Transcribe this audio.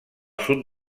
sud